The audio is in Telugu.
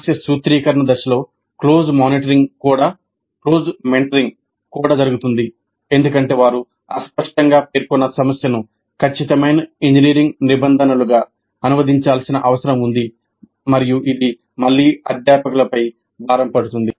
సమస్య సూత్రీకరణ దశలో క్లోజ్ మెంటరింగ్ కూడా జరుగుతుంది ఎందుకంటే వారు అస్పష్టంగా పేర్కొన్న సమస్యను ఖచ్చితమైన ఇంజనీరింగ్ నిబంధనలుగా అనువదించాల్సిన అవసరం ఉంది మరియు ఇది మళ్ళీ అధ్యాపకులపై భారం పడుతుంది